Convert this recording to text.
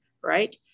right